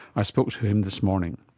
i spoke to him this morning.